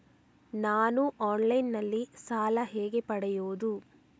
ನಾನು ಆನ್ಲೈನ್ನಲ್ಲಿ ಸಾಲ ಹೇಗೆ ಪಡೆಯುವುದು?